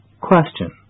Question